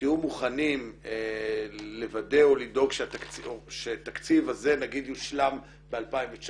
תהיו מוכנים לוודא או לדאוג שהתקציב הזה יושלם ב-2019,